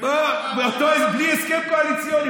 בלי הסכם קואליציוני,